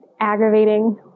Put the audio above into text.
aggravating